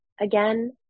again